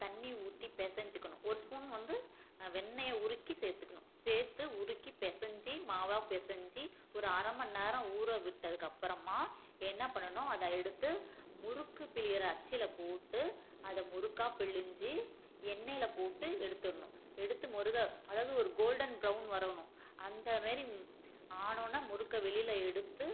தண்ணி ஊற்றி பிசஞ்சிக்கணும் ஒரு ஸ்பூன் வந்து வெண்ணெயை உருக்கி சேர்த்துக்கணும் சேர்த்து உருக்கி பிசஞ்சி மாவாக பிசஞ்சி ஒரு அரை மணி நேரம் ஊறவிட்டதுக்கு அப்புறமா என்ன பண்ணணும் அதை எடுத்து முறுக்கு பிழிகிற அச்சில் போட்டு அதை முறுக்காக பிழிஞ்சி எண்ணெயில் போட்டு எடுத்துடுணும் எடுத்து முறுகல் அதாவது ஒரு கோல்டன் ப்ரௌன் வரணும் அந்தமாதிரி ஆனோடனே முறுக்கை வெளியில் எடுத்து